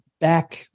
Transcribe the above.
back